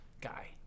guy